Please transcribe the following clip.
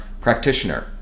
practitioner